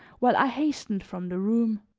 while i hastened from the room.